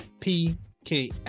PKS